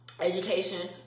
education